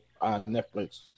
Netflix